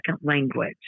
language